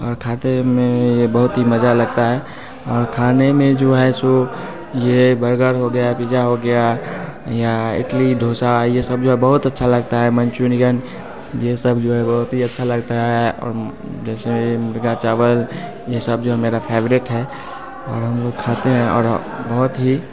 और खाते में ये बहीत ही मज़ा लगता है और खाने में जो है सो ये बर्गर हो गया पिज्जा हो गया या इडली डोसा ये सब जो है बहुत अच्छा लगता है मंचूरियन ये सब जो है बहुत ही अच्छा लगता है और जैसे मुर्ग़ चावल ये सब जो है मेरा फेवरेट है और हम लोग खाते हैं और बहुत ही